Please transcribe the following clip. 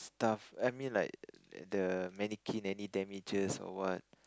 stuff I mean like the mannequin any damages or what